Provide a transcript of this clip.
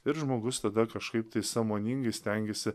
ir žmogus tada kažkaip tai sąmoningai stengiasi